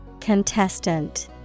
Contestant